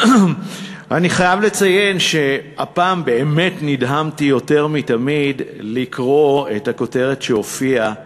אני חייב לציין שהפעם באמת נדהמתי יותר מתמיד לקרוא את הכותרת שהופיעה